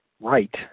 Right